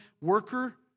worker